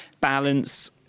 balance